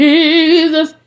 Jesus